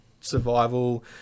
survival